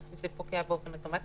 זה פוקע באופן אוטומטי.